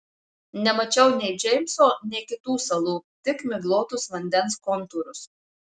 nemačiau nei džeimso nei kitų salų tik miglotus vandens kontūrus